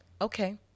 okay